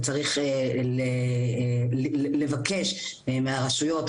וצריך לבקש מהרשויות,